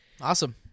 awesome